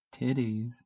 titties